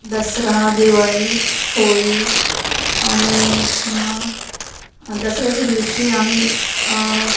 दसरा दिवाळी होळी आणि पुन्हा दसऱ्याच्या दिवशी आम्ही